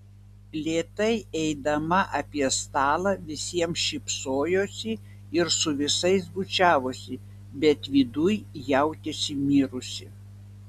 lėtai eidama apie stalą visiems šypsojosi ir su visais bučiavosi bet viduj jautėsi mirusi